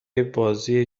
بازی